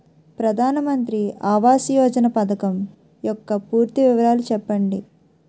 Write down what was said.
ప్రధాన మంత్రి ఆవాస్ యోజన పథకం యెక్క పూర్తి వివరాలు చెప్పండి?